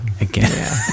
again